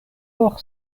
por